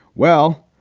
well,